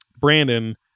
Brandon